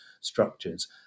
structures